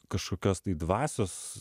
kažkokios tai dvasios